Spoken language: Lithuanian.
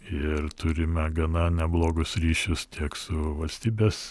ir turime gana neblogus ryšius tiek su valstybės